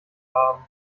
haben